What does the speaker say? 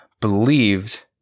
believed